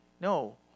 No